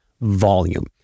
volume